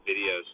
videos